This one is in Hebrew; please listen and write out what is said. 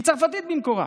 היא צרפתית במקורה,